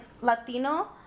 Latino